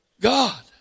God